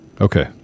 Okay